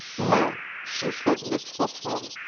none, she said listlessly,